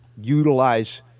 utilize